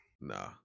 Nah